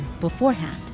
beforehand